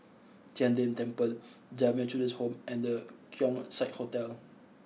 Tian De Temple Jamiyah Children's Home and The Keong Saik Hotel